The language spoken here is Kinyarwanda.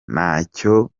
ntacyo